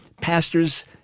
pastors